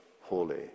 holy